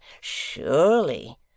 Surely